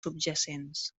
subjacents